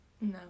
No